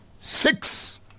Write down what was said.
six